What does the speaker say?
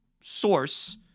source